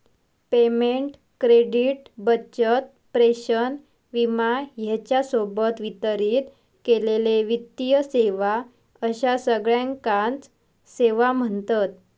payment, credit, बचत, प्रेषण, विमा ह्येच्या सोबत वितरित केलेले वित्तीय सेवा अश्या सगळ्याकांच सेवा म्ह्णतत